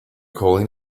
calling